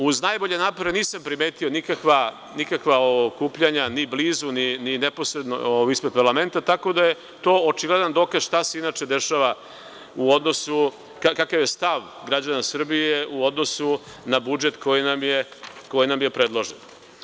Uz najbolje napore nisam primetio nikakva okupljanja, ni blizu, ni neposredno ispred parlamenta, tako da je to očigledan dokaz šta se inače dešava, kakav je stav građana Srbije u odnosu na budžet koji nam je predložen.